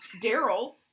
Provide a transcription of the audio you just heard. daryl